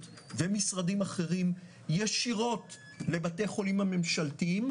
ומשרדים אחרים ישירות לבתי החולים הממשלתיים,